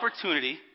opportunity